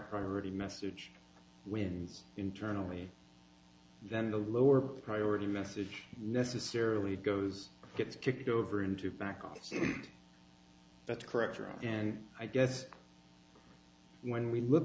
priority message wins internally then the lower priority message necessarily goes gets kicked over into back office that's correct and i guess when we look